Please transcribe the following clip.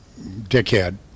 dickhead